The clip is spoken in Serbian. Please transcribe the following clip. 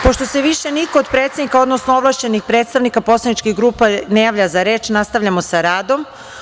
Pošto se više niko od predsednika, odnosno ovlašćenih predstavnika poslaničkih grupa ne javlja za reč, nastavljamo sa radom.